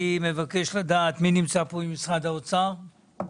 משרד האוצר,